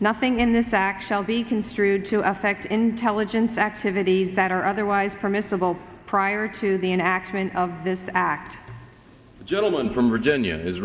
nothing in this actual be construed to affect intelligence activities that are otherwise permissible prior to the enactment of this act the gentleman from virginia is